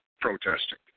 protesting